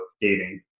dating